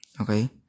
Okay